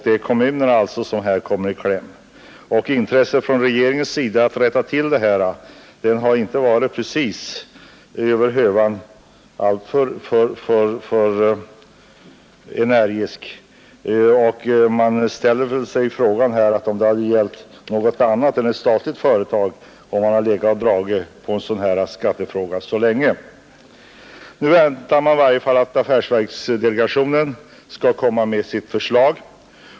Det är kommunerna som kommer i kläm. Regeringens intresse för att rätta till förhållandet har inte varit över hövan energiskt. En fråga man ställer är ju: Om det hade gällt något annat än ett statligt företag, hade regeringen då dragit ut så långt på tiden? Nu väntas affärsverksdelegationen komma med sitt förslag.